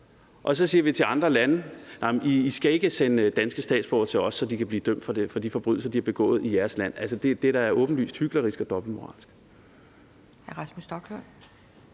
Og så siger vi til andre lande: Nej, I skal ikke sende danske statsborgere til os, så de kan blive dømt for de forbrydelser, de har begået i jeres land. Det er da åbenlyst hyklerisk og dobbeltmoralsk.